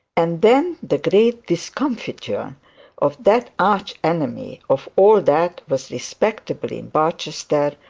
and then the great discomfiture of that arch enemy of all that was respectable in barchester,